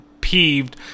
peeved